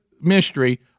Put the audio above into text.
mystery